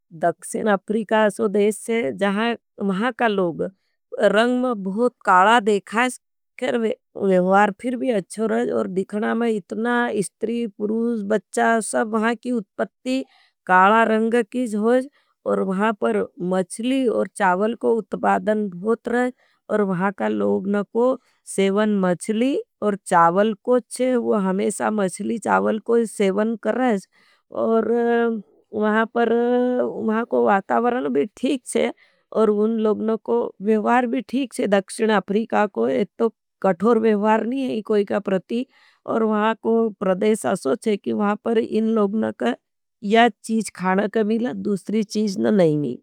दक्षिन अप्रीका सो देश से जहाँ वहाँ का लोग रङ्ग में बहुत काला देखा है। खेर मेंवार फिर भी अच्छो रहा है और दिखणा में इतना इस्ट्री, पुरूज, बच्चा सब वहाँ की उत्पत्ती काला रङ्ग की ज़्योज। और वहाँ पर मश्ली और चावल को उत्पादन भोत रहा है। और वहाँ का लोगनों को सेवन मश्ली और चावल को ज़्योज है। वो हमेशा मश्ली चावल को सेवन कर रहा है और वहाँ पर वातावरण भी ठीक है। और वहाँ पर लोगनों को सेवन मश्ली और चावल को ज़्योज है और वहाँ पर लोगनों को सेवन मश्ली और चावल को ज़्योज है। और वहाँ को वातावरण भी ठीक छे। और उन लोगों को व्यवहार भी ठीक छे। दक्षिण अफ्रीका को इत्तो कठोर व्यवहार नी को कोई का प्रति। और वहाँ को प्रदेश असो छे की वहाँ पर इन लोगो का या चीज क्गणने का मिला दूसरी नीना मिला।